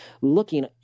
looking